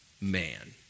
man